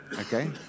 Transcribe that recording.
Okay